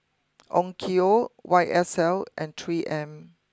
Onkyo Y S L and three M